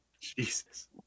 Jesus